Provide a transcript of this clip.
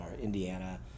Indiana